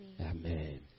Amen